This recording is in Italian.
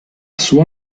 sua